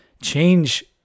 change